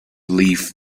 leave